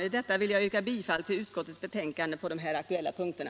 Med detta vill jag yrka bifall till utskottets betänkande på de här aktuella punkterna.